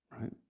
Right